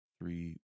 three